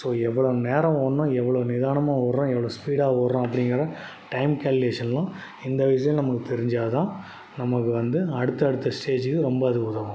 so எவ்வளோ நேரம் ஓட்டணும் எவ்வளோ நிதானமாக ஓட்டுறோம் எவ்வளோ ஸ்பீடாக ஓட்டுறோம் அப்படிங்கறத டைம் கால்குலேஷன்லாம் இந்த விசயம் நமக்குத் தெரிஞ்சால்தான் நமக்கு வந்து அடுத்த அடுத்த ஸ்டேஜூக்கு ரொம்ப அது உதவும்